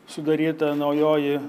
sudaryta naujoji